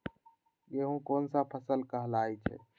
गेहूँ कोन सा फसल कहलाई छई?